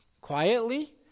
quietly